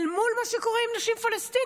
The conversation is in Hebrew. אל מול מה שקורה עם נשים פלסטיניות,